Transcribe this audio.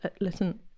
listen